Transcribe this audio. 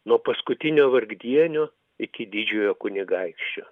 nuo paskutinio vargdienio iki didžiojo kunigaikščio